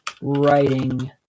Writing